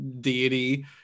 deity